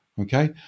okay